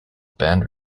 band